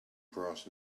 brass